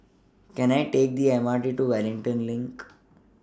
Can I Take The M R T to Wellington LINK